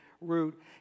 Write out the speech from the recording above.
route